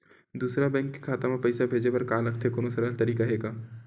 दूसरा बैंक के खाता मा पईसा भेजे बर का लगथे कोनो सरल तरीका हे का?